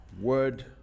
word